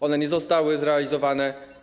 One nie zostały zrealizowane.